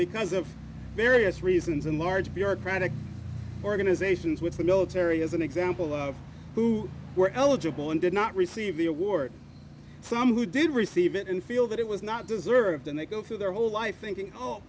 because of various reasons in large bureaucratic organizations with the military as an example of who were eligible and did not receive the award some who did receive it and feel that it was not deserved and they go through their whole life thinking oh